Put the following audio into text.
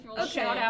Okay